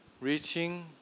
reaching